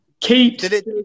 Kate